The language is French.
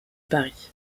paris